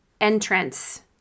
entrance